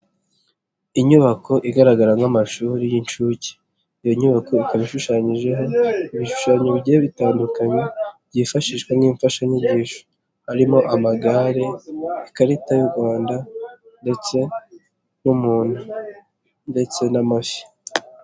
Inyubako igaragara nk'amashuri y'inshuke, iyo nyubako ikaba ishushanyijeho ibishushanyo bigiye bitandukanye byifashishwa nk'imfashanyigisho, harimo amagare, ikarita y'u Rwanda ndetse n'umuntu ndetse n'amafi.